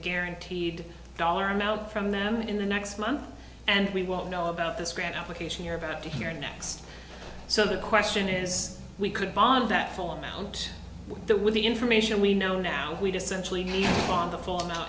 guaranteed dollar amount from them in the next month and we won't know about this grant application you're about to hear next so the question is we could ban that full amount that with the information we know now we decentralize on the full amount